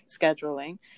scheduling